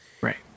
Right